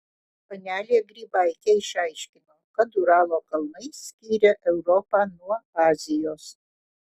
panelė grybaitė išaiškino kad uralo kalnai skiria europą nuo azijos